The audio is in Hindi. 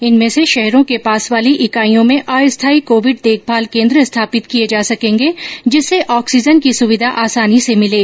इनमें से शहरों के पास वाली ईकाईयों में अस्थायी कोविड देखभाल केन्द्र स्थापित किए जा सकेंगे जिससे ऑक्सीजन की सुविधा आसानी से मिले